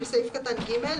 בסעיף קטן (ג),